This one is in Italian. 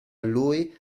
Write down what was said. lui